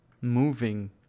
moving